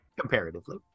Comparatively